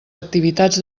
activitats